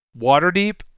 Waterdeep